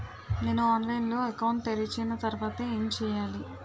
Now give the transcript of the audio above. నేను ఆన్లైన్ లో అకౌంట్ తెరిచిన తర్వాత ఏం చేయాలి?